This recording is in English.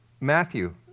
Matthew